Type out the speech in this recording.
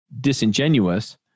disingenuous